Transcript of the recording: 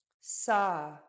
SA